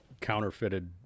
counterfeited